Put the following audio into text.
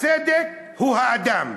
הצדק הוא האדם,